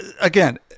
again